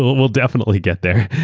we'll we'll definitely get there.